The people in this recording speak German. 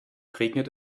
regnet